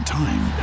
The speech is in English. time